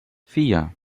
vier